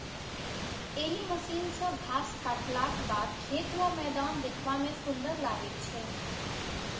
एहि मशीन सॅ घास काटलाक बाद खेत वा मैदान देखबा मे सुंदर लागैत छै